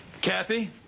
Kathy